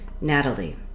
Natalie